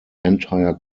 entire